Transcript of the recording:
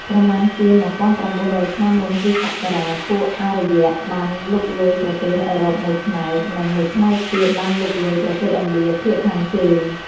ប្រមាណជា ១៩០០ ឆ្នាំមុនគ្រិស្តសករាជ ពួកអារ្យបានលុកលុយប្រទេសអឺរ៉ុបមួយផ្នែក និងមួយផ្នែកទៀតបានលុកលុយប្រទេសឥណ្ឌាភាគខាងជើង។